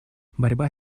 борьба